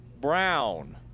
Brown